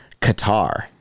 Qatar